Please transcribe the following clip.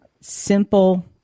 Simple